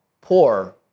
poor